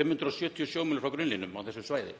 570 sjómílur frá grunnlínum á þessu svæði.